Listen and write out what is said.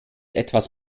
etwas